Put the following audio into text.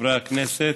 חברי הכנסת,